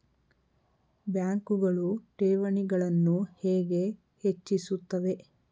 ಬ್ಯಾಂಕುಗಳು ಠೇವಣಿಗಳನ್ನು ಹೇಗೆ ಹೆಚ್ಚಿಸುತ್ತವೆ?